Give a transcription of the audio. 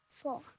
Four